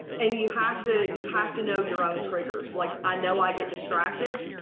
and you have to you have to know your own triggers. like, i know i get distracted,